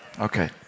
Okay